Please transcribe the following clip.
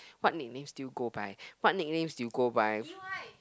what nicknames do you go by what nicknames do you go by